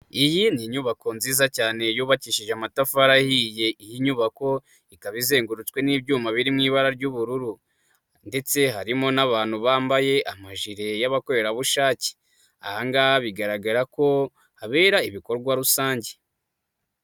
Iyi ni inyubako nziza cyane yubakishije amatafari ahiye, iyi nyubako ikaba izengurutswe n'ibyuma biri mu ibara ry'ubururu ndetse harimo n'abantu bambaye amajire y'abakorerabushake, aha ngaha bigaragara ko habera ibikorwa rusange.